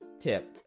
tip